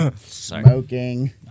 Smoking